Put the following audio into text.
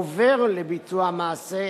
עובר לביצוע המעשה,